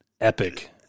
Epic